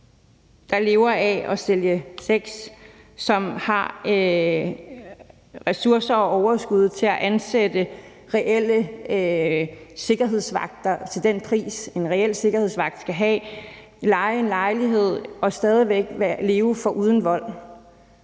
der lever af at sælge sex, og som har ressourcer og overskud til at ansætte reelle sikkerhedsvagter til den pris, en reel sikkerhedsvagt skal have, og leje en lejlighed, og som stadig væk lever uden vold.